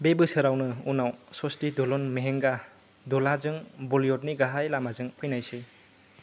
बे बोसोरावनो उनाव 'सस्ती दुल्हन महेंगा दुल्हा' जों बलीवुडनि गाहाय लामाजों फैनायसै